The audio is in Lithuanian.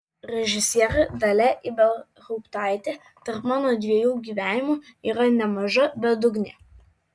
režisierė dalia ibelhauptaitė tarp mano dviejų gyvenimų yra nemaža bedugnė